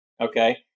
Okay